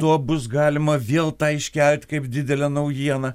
tuo bus galima vėl tą iškelt kaip didelę naujieną